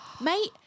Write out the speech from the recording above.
mate